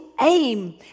aim